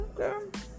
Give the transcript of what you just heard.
Okay